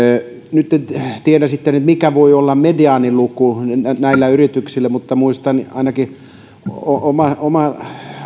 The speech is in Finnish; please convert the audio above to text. nyt en tiedä sitten mikä voi olla mediaaniluku näillä yrityksillä mutta muistan että ainakin omana